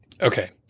Okay